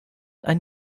ein